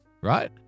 right